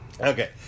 Okay